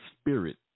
spirit